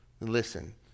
Listen